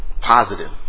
positive